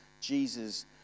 Jesus